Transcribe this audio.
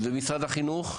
משרד החינוך?